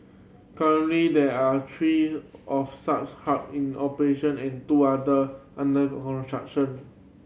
currently there are three of such hub in operation and two under under construction